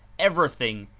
everything,